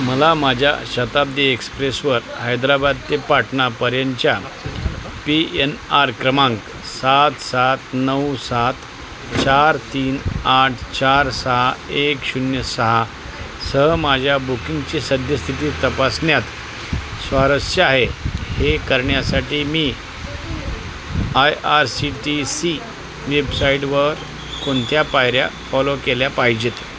मला माझ्या शताब्दी एक्सप्रेसवर हैद्राबाद ते पाटणापर्यंतच्या पी एन आर क्रमांक सात सात नऊ सात चार तीन आठ चार सहा एक शून्य सहा सह माझ्या बुकिंगची सद्यस्थिती तपासण्यात स्वारस्य आहे हे करण्यासाठी मी I R C T C वेबसाईटवर कोणत्या पायऱ्या फॉलो केल्या पाहिजेत